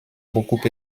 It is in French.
beaucoup